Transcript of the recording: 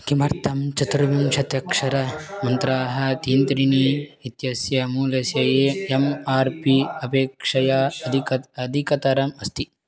किमर्थं चतुर्विंशत्यक्षरमन्त्राः तीन्त्रिणी इत्यस्य मूलस्य ये एम् आर् पी अपेक्षया अधिकतरम् अधिकतरम् अस्ति